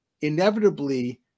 inevitably